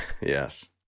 Yes